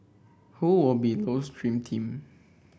who will be Low's dream team